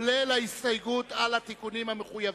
עם ההסתייגות על התיקונים המחויבים.